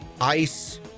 ICE